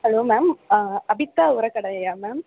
hello ma'am Abitha உரக்கடையா ma'am